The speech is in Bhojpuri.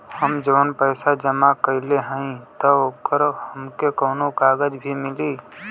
हम जवन पैसा जमा कइले हई त ओकर हमके कौनो कागज भी मिली?